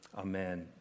Amen